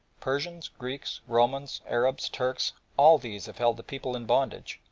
persians, greeks, romans, arabs, turks all these have held the people in bondage,